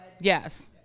yes